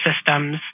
systems